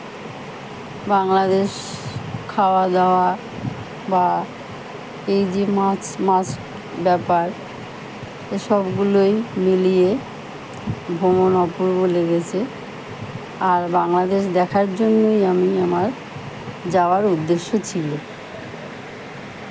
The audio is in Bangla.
বাংলাদেশ খাওয়া দাওয়া বা এই যে মাছ মাছ ব্যাপার এসবগুলোই মিলিয়ে ভ্রমণ অপূর্ব লেগেছে আর বাংলাদেশ দেখার জন্যই আমি আমার যাওয়ার উদ্দেশ্য ছিল